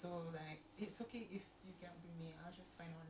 so that ya but the craze my god